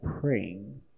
praying